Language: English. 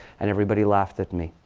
and everybody laughed at me.